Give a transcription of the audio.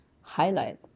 highlight